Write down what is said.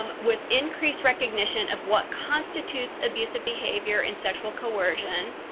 um with increased recognition of what constitutes abusive behavior and sexual coercion,